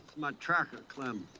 my tracker, clem.